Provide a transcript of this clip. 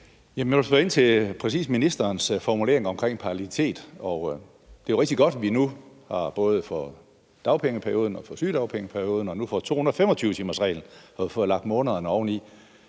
spørge ind til ministerens formulering omkring parallelitet. Og det er jo rigtig godt, at vi både for dagpengeperioden, sygedagpengeperioden og nu også for 225-timersreglen har fået lagt månederne oveni.